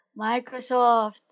Microsoft